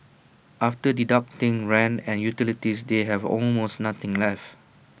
after deducting rent and utilities they have almost nothing left